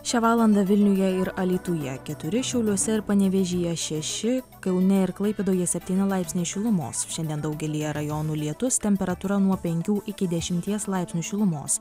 šią valandą vilniuje ir alytuje keturi šiauliuose ir panevėžyje šeši kaune ir klaipėdoje septyni laipsniai šilumos šiandien daugelyje rajonų lietus temperatūra nuo penkių iki dešimties laipsnių šilumos